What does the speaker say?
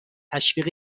تشویق